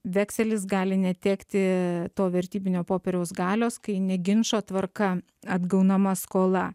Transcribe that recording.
vekselis gali netekti to vertybinio popieriaus galios kai ne ginčo tvarka atgaunama skola